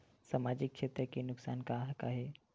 सामाजिक क्षेत्र के नुकसान का का हे?